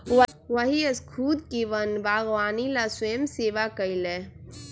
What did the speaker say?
वही स्खुद के वन बागवानी ला स्वयंसेवा कई लय